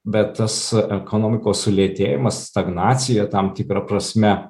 bet tas ekonomikos sulėtėjimas stagnacija tam tikra prasme